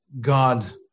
God